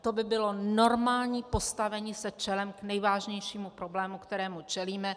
To by bylo normální postavení se čelem k nejvážnějšímu problému, kterému čelíme.